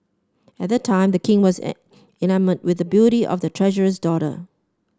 at that time the king was an enamoured with the beauty of the treasurer's daughter